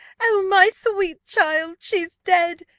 oh, my sweet child! she's dead!